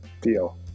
Deal